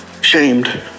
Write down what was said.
shamed